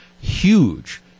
huge